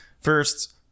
first